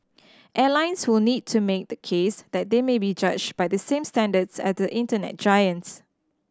airlines will need to make the case that they may be judged by the same standards as the Internet giants